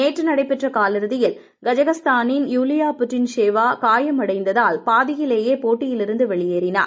நேற்று நடைபெற்ற காலிறுதியில் கஜகஸ்தானின் யுலியா புட்டின் சேவா காயம் அடைந்ததால் பாதியிலேயே போட்டியிலிருந்து வெளியேறினார்